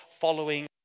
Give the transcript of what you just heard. following